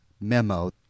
memo